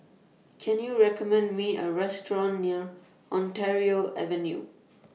Can YOU recommend Me A Restaurant near Ontario Avenue